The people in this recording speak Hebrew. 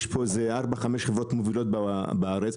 יש 4-5 חברות מובילות בארץ,